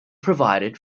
provided